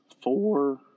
four